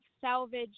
Salvage